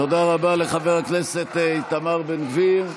תודה רבה לחבר הכנסת איתמר בן גביר.